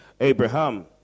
Abraham